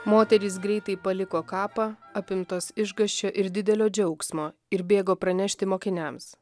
moterys greitai paliko kapą apimtos išgąsčio ir didelio džiaugsmo ir bėgo pranešti mokiniams